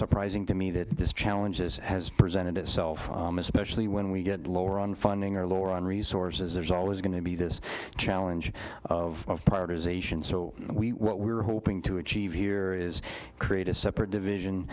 surprising to me that this challenges has presented itself especially when we get lower on funding or lauren resources there's always going to be this challenge of prioritization so we were hoping to achieve here is create a separate division